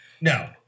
No